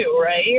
right